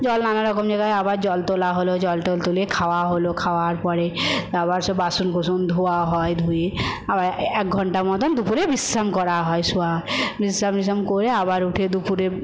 জল নানারকম জায়গায় আবার জল তোলা হল জল টল তুলে খাওয়া হল খাওয়ার পরে আবার সে বাসন কোষণ ধোওয়া হয় ধুয়ে আবার এক ঘন্টার মতন দুপুরে বিশ্রাম করা হয় শোয়া বিশ্রাম টিশরাম করে আবার উঠে দুপুরে